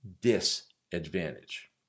disadvantage